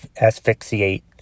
asphyxiate